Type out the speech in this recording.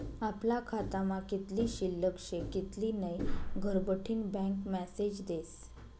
आपला खातामा कित्ली शिल्लक शे कित्ली नै घरबठीन बँक मेसेज देस